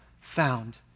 found